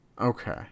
okay